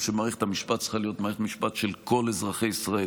שמערכת המשפט צריכה להיות מערכת משפט של כל אזרחי ישראל,